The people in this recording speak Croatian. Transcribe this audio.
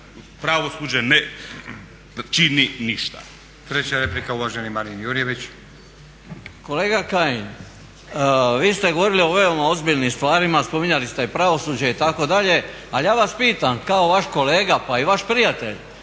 Vrijeme. Treća replika, uvaženi Marin Jurjević. **Jurjević, Marin (SDP)** Kolega Kajin, vi ste govorili o veoma ozbiljnim stvarima, spominjali ste pravosuđe itd. ali ja vas pitam kao vaš kolega pa i vaš prijatelj,